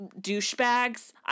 douchebags